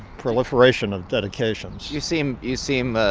proliferation of dedications you seem you seem ah